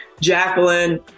Jacqueline